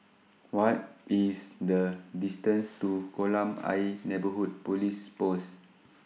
What IS The distance to Kolam Ayer Neighbourhood Police Post